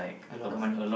a lot of money